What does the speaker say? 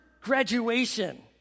graduation